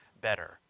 better